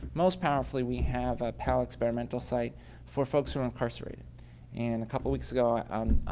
most powerfully, we have a pel experimental site for folks who are incarcerated and a couple weeks ago an